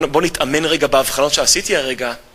בוא נתאמן רגע בהבחנות שעשיתי הרגע